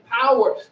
power